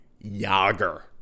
Yager